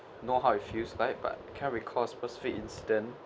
you know how it feels like but can't recall specific incident